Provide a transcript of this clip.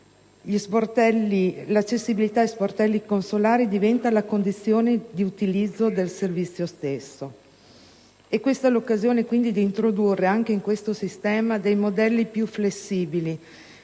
l'accessibilità agli sportelli consolari diventa la condizione di utilizzo del servizio stesso. È questa l'occasione quindi di introdurre anche in tale sistema modelli più flessibili,